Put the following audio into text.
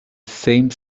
same